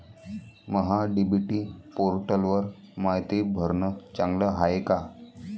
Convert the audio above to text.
महा DBT पोर्टलवर मायती भरनं चांगलं हाये का?